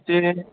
एसे